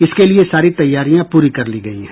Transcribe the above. इसके लिए सारी तैयारियां पूरी कर लीगयी है